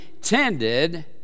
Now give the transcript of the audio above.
tended